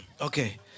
Okay